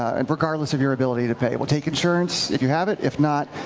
and regardless of your ability to pay. we'll take insurance if you have it. if not,